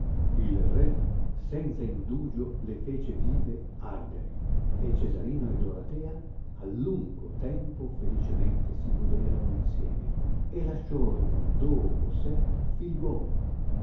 il re senza indugio le fece vive ardere e cesarino e doratea a lungo tempo felicemente si goderono insieme e lasciorono dopo sé figliuoli